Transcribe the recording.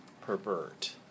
pervert